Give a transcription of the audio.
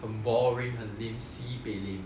很 boring 很 lame sibei lame